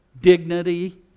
dignity